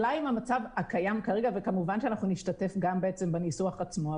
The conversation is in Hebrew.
כמובן שנשתתף גם בניסוח עצמו.